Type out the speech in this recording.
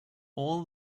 all